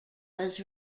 was